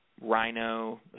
rhino